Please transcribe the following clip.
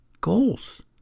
goals